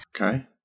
Okay